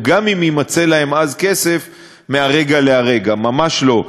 גם אם יימצא להם כסף מהרגע להרגע, ממש לא.